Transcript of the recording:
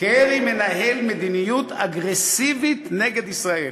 קרי מנהל מדיניות אגרסיבית נגד ישראל,